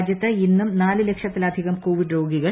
രാജ്യത്ത് ഇന്നും നാല് ലക്ഷത്തിലധികം കോവിഡ് രോഗികൾ